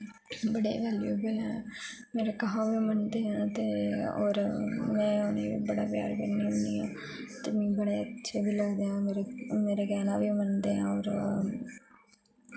बड़े वैल्युएबल न मेरा कहा ओया मनदे ने ते और में उनेंई बड़ा प्यार करनी होन्नी आं ते मी बड़े अच्छे बी लगदे ते ओ मेरे केहना बी मनदे और